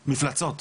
מפלצות,